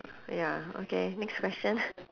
ya okay next question